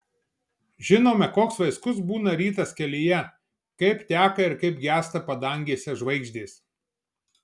žinome koks vaiskus būna rytas kelyje kaip teka ir kaip gęsta padangėse žvaigždės